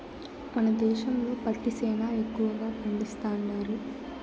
మన దేశంలో పత్తి సేనా ఎక్కువగా పండిస్తండారు